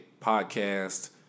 Podcast